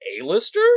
A-lister